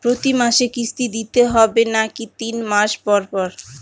প্রতিমাসে কিস্তি দিতে হবে নাকি তিন মাস পর পর?